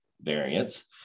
variance